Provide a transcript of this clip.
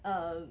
um